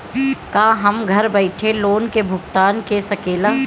का हम घर बईठे लोन के भुगतान के शकेला?